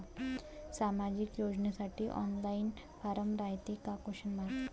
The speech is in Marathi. सामाजिक योजनेसाठी ऑनलाईन फारम रायते का?